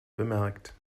bemerkt